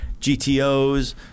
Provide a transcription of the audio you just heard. gtos